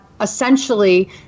essentially